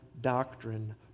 doctrine